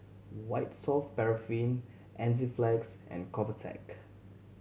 White Soft Paraffin Enzyplex and Convatec